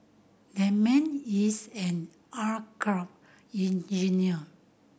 that man is an aircraft engineer